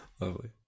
Lovely